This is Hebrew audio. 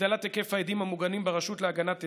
הגדלת היקף העדים המוגנים ברשות להגנת עדים,